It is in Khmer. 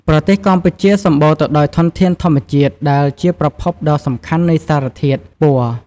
ប្រទេសកម្ពុជាសម្បូរទៅដោយធនធានធម្មជាតិដែលជាប្រភពដ៏សំខាន់នៃសារធាតុពណ៌។